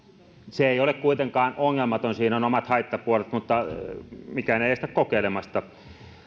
se ei ole kuitenkaan ongelmatonta siinä on omat haittapuolet mutta mikään ei estä kokeilemasta